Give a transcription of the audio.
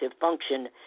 function